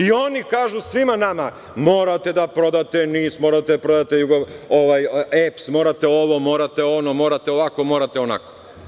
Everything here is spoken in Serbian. I oni kažu svima nama – morate da prodate NIS, morate da prodate EPS, morate ovo, morate ono, morate ovako, morate onako.